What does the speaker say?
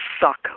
suck